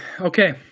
okay